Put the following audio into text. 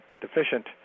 deficient